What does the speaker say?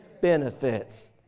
benefits